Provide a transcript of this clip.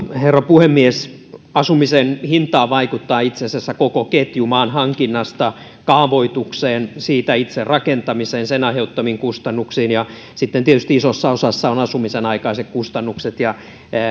herra puhemies asumisen hintaan vaikuttaa itse asiassa koko ketju maan hankinnasta kaavoitukseen siitä itse rakentamiseen sen aiheuttamiin kustannuksiin sitten tietysti isossa osassa ovat asumisen aikaiset kustannukset ja